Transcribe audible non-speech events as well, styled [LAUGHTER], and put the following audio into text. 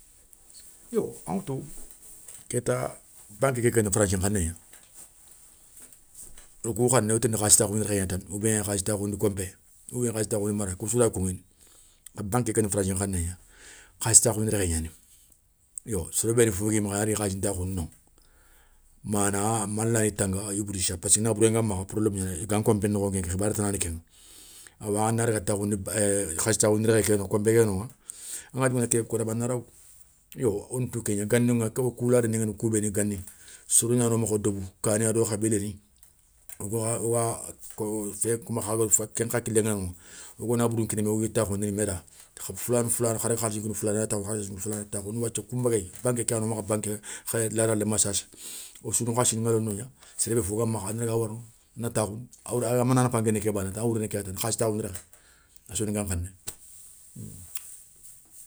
Yo aŋa tou kéta bank kékéna français nkhané gna, wo kou khané wotini khalissi takhoundi rékhé gna tane oubien khaliss takhoundi konpé, ou khaliss takhoundi mara koussou ray koŋi. Banké kéni français nkhané gna khalissi takhoundi rékhé gnani. Yo soro béni fo gui makha i na dagui khalissi ni ntakhoundi mana malayi tanga iblissa parcek nabouré ŋa makha problémou gnana i ga nkonpé nokho nké khibaré tanani kéŋa. Awa anadaga takhoundi [HESITATION] khalsi takhoundi rékhé ké konpé ké noŋa, a ŋadjou ngana kignéy kota bé a na ra woutou a na ra woutou. Yo wonatou kégna ganiŋa, wokou ladani ngagni kou béni gani soro gnano makha wo deubou, kani a do khabilani, owa [HESITATION] wogui nabourou nkini mé wo gui takhoundini mé da. Foulani foulani khada khaliss nkini foulani a na dagui takhoundi wathia koun nbéguéye, banké ké yani wo makha banké ŋa khaya ladaléma sassa. Wo sou no khalssi loono nogna, séré bé fo ga makha a na daga wara noŋa a na takhoundi, a mana nafa na ké bana ta, a wouréna ké bana ta khalissi takhoundi rékhé a soninka nkhané.